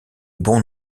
bon